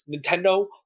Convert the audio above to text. Nintendo